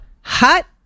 Hot